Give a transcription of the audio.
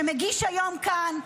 שמגיש היום כאן,